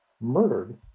murdered